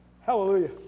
hallelujah